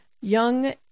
Young